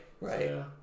right